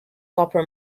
copper